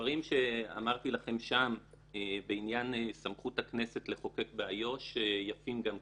הדברים שאמרתי לכם שם בעניין סמכות הכנסת לחוקק באיו"ש יפים גם כאן.